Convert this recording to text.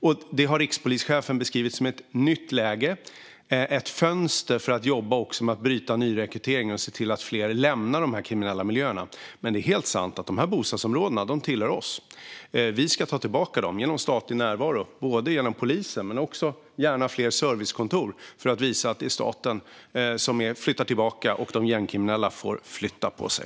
Detta har rikspolischefen beskrivit som ett nytt läge och som ett fönster för att jobba med att bryta nyrekryteringen och se till att fler lämnar de kriminella miljöerna. Men det är helt sant att dessa bostadsområden tillhör oss. Vi ska ta tillbaka dem genom statlig närvaro, genom polisen och gärna fler servicekontor, för att visa att staten flyttar tillbaka och att de gängkriminella får flytta på sig.